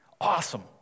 Awesome